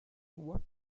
what